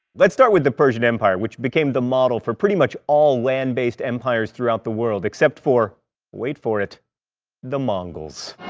let's start with the persian empire, which became the model for pretty much all land-based empires throughout the world. except for wait for it the mongols.